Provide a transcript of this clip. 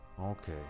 Okay